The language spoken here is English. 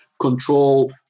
control